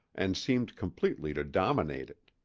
and seemed completely to dominate it.